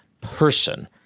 person